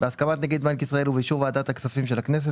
בהסכמת נגיד בנק ישראל ובאישור ועדת הכספים של הכנסת,